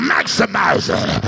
Maximizing